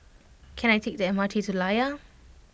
can I take the M R T to Layar